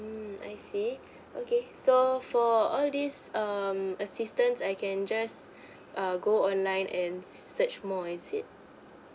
mm I see okay so for all these um assistance I can just err go online and search more is it